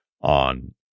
on